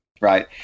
right